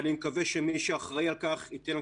ואני מקווה מי שאחראי על כך ייתן על